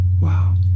wow